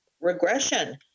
regression